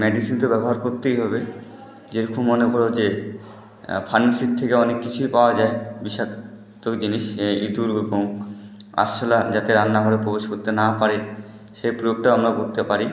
medicine তো ব্যবহার করতেই হবে যে রকম মনে করো যে ফার্মেসির থেকে অনেক কিছুই পাওয়া যায় বিষাক্ত জিনিস ইঁদুর আরশোলা যাতে রান্না ঘরে প্রবেশ করতে না পারে সেই প্রয়োগটাও আমরা করতে পারি